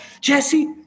Jesse